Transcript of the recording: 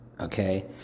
Okay